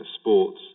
sports